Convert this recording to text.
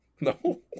No